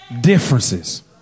differences